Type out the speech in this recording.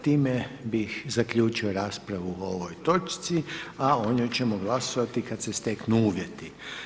Time bih zaključio raspravu u ovoj točci, a o njoj ćemo glasovati kad se steknu uvjeti.